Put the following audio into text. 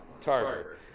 Tarver